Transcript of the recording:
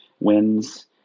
wins